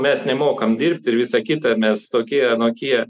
mes nemokam dirbt ir visa kita mes tokie anokie